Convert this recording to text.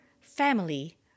family